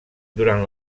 durant